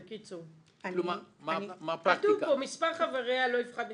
כתוב פה: "מספר חבריה לא יפחת מ-15.